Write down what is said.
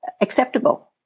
acceptable